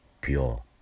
pure